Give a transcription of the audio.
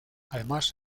además